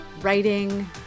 writing